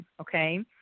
okay